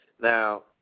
Now